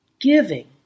giving